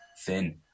thin